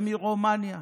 ומרומניה.